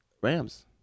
Rams